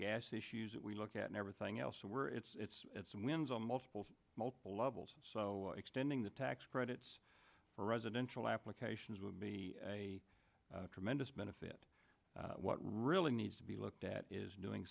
gas issues that we look at everything else so we're it's wins on multiple multiple levels so extending the tax credits for residential applications would be a tremendous benefit what really needs to be looked at is doing